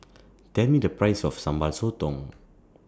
Tell Me The Price of Sambal Sotong